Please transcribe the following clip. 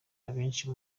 abenshi